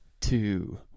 two